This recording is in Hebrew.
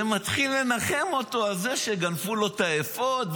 ומתחיל לנחם אותו על זה שגנבו לו את האפוד,